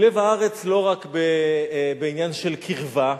היא לב הארץ לא רק בעניין של קרבה,